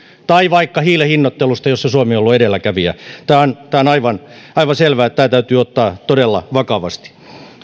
tai vaikka hiilen hinnoittelusta jossa suomi on ollut edelläkävijä on aivan selvää että tämä täytyy ottaa todella vakavasti